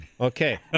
Okay